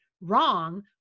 wrong